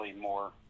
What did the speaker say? more